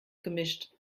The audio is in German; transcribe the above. gemischt